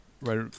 Right